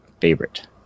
favorite